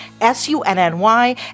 S-U-N-N-Y